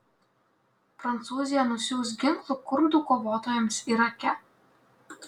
prancūzija nusiųs ginklų kurdų kovotojams irake